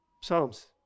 Psalms